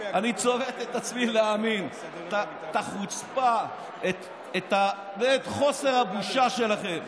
אני צובט את עצמי להאמין לחוצפה ולחוסר הבושה שלכם.